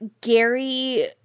Gary